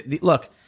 look